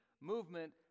movement